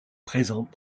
présentent